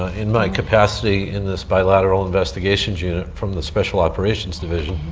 ah in my capacity, in this bilateral investigations unit from the special operations division,